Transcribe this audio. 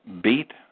beat